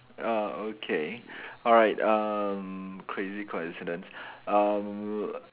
uh okay alright um crazy coincidence um